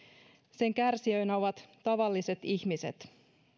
sen kärsijöinä ovat tavalliset ihmiset